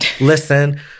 Listen